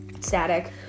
static